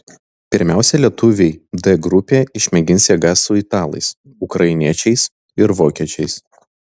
pirmiausia lietuviai d grupėje išmėgins jėgas su italais ukrainiečiais ir vokiečiais